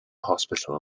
hospital